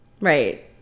Right